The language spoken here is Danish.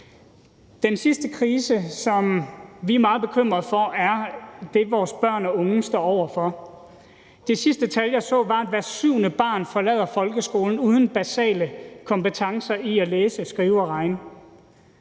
Den sidste krise, som vi er meget bekymret for, er det, vores børn og unge står over for. Det sidste tal, jeg så, var, at hvert syvende barn forlader folkeskolen uden basale kompetencer i at læse, skrive og regne